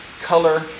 color